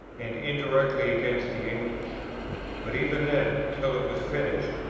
and indirectly against the english but even then, till it was finished,